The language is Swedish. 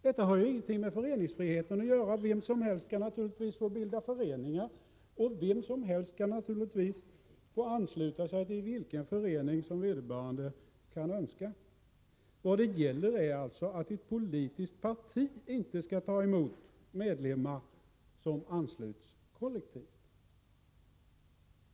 Detta har ingenting med föreningsfrihet att göra. Vem som helst kan naturligtvis få bilda föreningar, och vem som helst kan naturligtvis få ansluta sig till den förening som vederbörande kan önska. Vad det gäller är alltså att ett politiskt parti inte skall ta emot medlemmar som ansluts kollektivt.